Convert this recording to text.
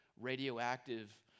radioactive